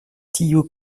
tiu